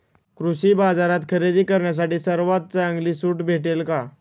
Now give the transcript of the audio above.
कृषी बाजारात खरेदी करण्यासाठी सर्वात चांगली सूट भेटेल का?